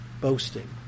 boasting